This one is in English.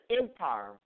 empire